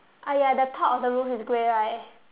uh ya the top of the roof is grey right